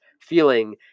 feeling